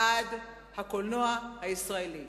בעד הקולנוע הישראלי.